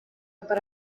para